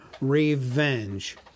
revenge